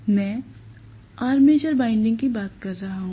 मैं armature winding की बात कर रहा हूं